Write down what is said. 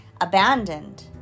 abandoned